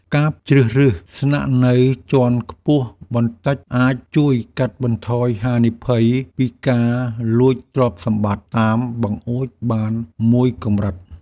ការជ្រើសរើសស្នាក់នៅជាន់ខ្ពស់បន្តិចអាចជួយកាត់បន្ថយហានិភ័យពីការលួចទ្រព្យសម្បត្តិតាមបង្អួចបានមួយកម្រិត។